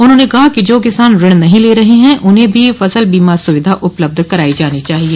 उन्होंने कहा कि जो किसान ऋण नहीं ले रहे हैं उन्हें भी फसल बीमा सुविधा उपलब्ध कराई जानी चाहिए